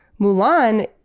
mulan